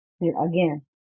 Again